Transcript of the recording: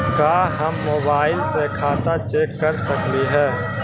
का हम मोबाईल से खाता चेक कर सकली हे?